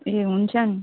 ए हुन्छ नि